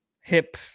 hip